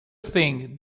think